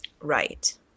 right